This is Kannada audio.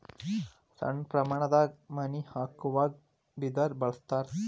ಸಣ್ಣ ಪ್ರಮಾಣದಾಗ ಮನಿ ಹಾಕುವಾಗ ಬಿದರ ಬಳಸ್ತಾರ